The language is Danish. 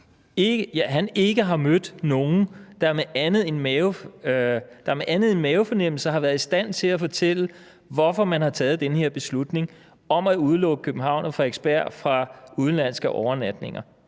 at han ikke har mødt nogen, der med andet end mavefornemmelser har været i stand til at fortælle, hvorfor man har taget den her beslutning om at udelukke København og Frederiksberg fra udenlandske overnatninger.